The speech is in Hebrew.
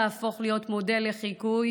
להפוך להיות מודל לחיקוי,